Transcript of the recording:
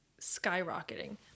skyrocketing